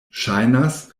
ŝajnas